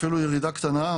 אפילו ירידה קטנה,